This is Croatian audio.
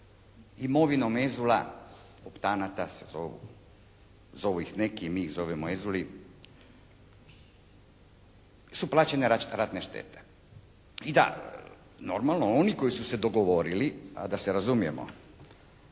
imovinom inzula, optanata se zovu, zovi ih neki mi ih zovemo inzuli, su plaćene ratne štete. I da, normalno oni koji su se dogovorili, a da se razumijemo,